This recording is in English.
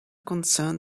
concern